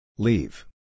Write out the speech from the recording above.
Leave